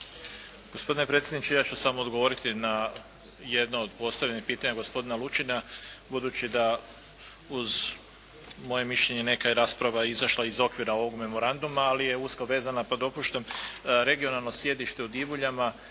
Gospodine predsjedniče ja ću samo odgovoriti na jedno od postavljenih pitanja gospodina Lučina. Budući da uz moje mišljenje neka je rasprava izašla iz okvira ovog memoranduma ali je usko vezana, pa dopuštam regionalno sjedište u Divuljama